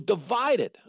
divided